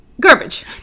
Garbage